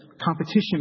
competition